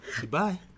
Goodbye